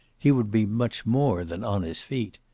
he would be much more than on his feet.